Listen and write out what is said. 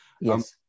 Yes